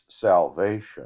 salvation